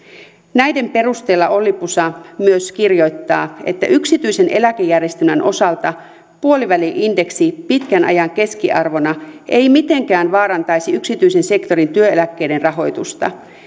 näiden perusteella olli pusa myös kirjoittaa yksityisen eläkejärjes telmän osalta puoliväli indeksi pitkän ajan keskiarvona ei mitenkään vaarantaisi yksityisen sektorin työeläkkeiden rahoitusta